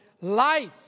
life